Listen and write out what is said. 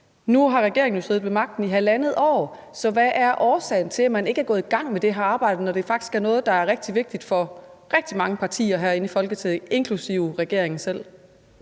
Nu har regeringen jo siddet ved magten i halvandet år, så hvad er årsagen til, at man ikke er gået i gang med det her arbejde, når det faktisk er noget, der er rigtig vigtigt for rigtig mange partier herinde i Folketinget, inklusive regeringen selv?